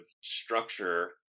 structure